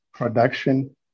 Production